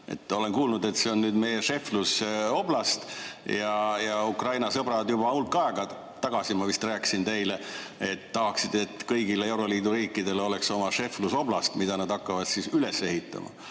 olen kuulnud, et see on nüüd meie šeflusoblast ja Ukraina sõbrad, juba hulk aega tagasi ma vist rääkisin teile, tahaksid, et kõigil euroliidu riikidel oleks oma šeflusoblast, mida nad hakkavad üles ehitama.